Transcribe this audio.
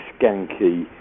skanky